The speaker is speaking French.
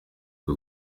que